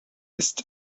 ist